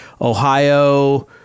Ohio